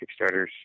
Kickstarters